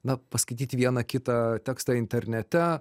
na paskaityti vieną kitą tekstą internete